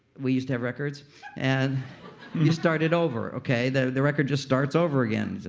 we used to have records and we started over, okay. the the record just starts over again.